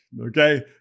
okay